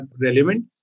relevant